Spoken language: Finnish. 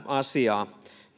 asiaa